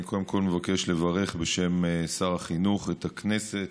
אני קודם כול מבקש לברך בשם שר החינוך את הכנסת,